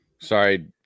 Sorry